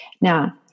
Now